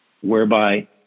whereby